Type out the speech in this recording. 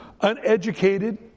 uneducated